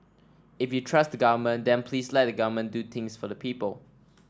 if you trust the Government then please let the Government do things for the people